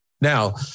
Now